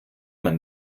man